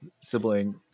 sibling